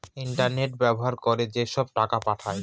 internet ব্যবহার করে যেসব টাকা পাঠায়